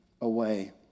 away